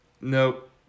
Nope